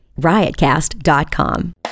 riotcast.com